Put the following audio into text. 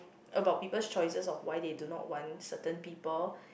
about people's choices of why they do not want certain people